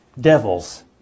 devils